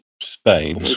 Spain